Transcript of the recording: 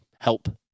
help